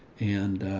and,